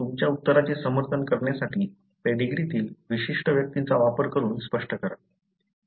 तुमच्या उत्तराचे समर्थन करण्यासाठी पेडीग्रीतील विशिष्ट व्यक्तींचा वापर करून स्पष्ट करा